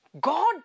God